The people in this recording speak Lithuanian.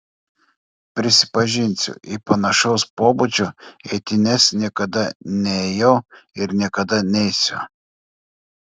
prisipažinsiu į panašaus pobūdžio eitynes niekada neėjau ir niekada neisiu